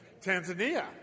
Tanzania